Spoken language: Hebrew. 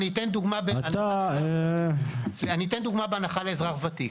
אני אתן דוגמה בהנחה לאזרח ותיק.